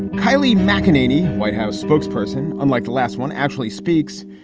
and kylie mceneaney, white house spokesperson. unlike the last one actually speaks,